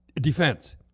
defense